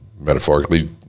metaphorically